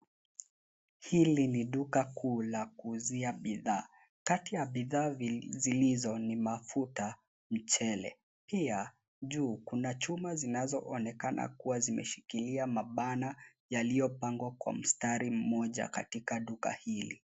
Hili ni duka kuu la kuuzia bidhaa. Kati ya bidhaa zilizo ni mafuta, mchele. Pia juu kuna chuma zinazoonekana kuwa zimeshikilia mabanner yaliyopangwa kwa mstari mmoja katika duka hili.